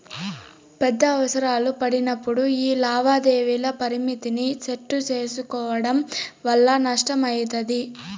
పెద్ద అవసరాలు పడినప్పుడు యీ లావాదేవీల పరిమితిని సెట్టు సేసుకోవడం వల్ల నష్టమయితది